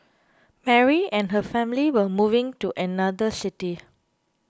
Mary and her family were moving to another city